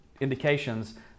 indications